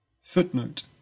Footnote